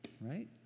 right